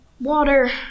water